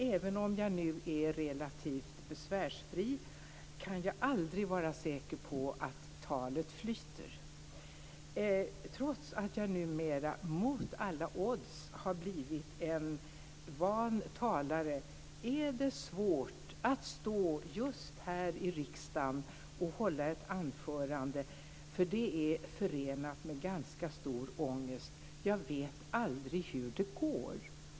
Även om jag nu är relativt besvärsfri kan jag aldrig vara säker på att talet flyter. Trots att jag numera, mot alla odds, har blivit en van talare är det svårt att stå just här i riksdagen och hålla ett anförande. Det är förenat med ganska stor ångest. Jag vet aldrig hur det går.